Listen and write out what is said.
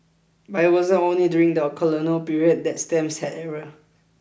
but it wasn't only during the colonial period that stamps had errors